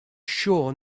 sure